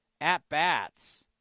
at-bats